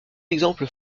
exemple